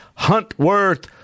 Huntworth